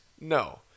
No